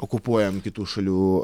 okupuojam kitų šalių